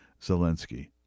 Zelensky